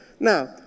Now